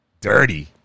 dirty